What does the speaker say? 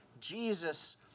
Jesus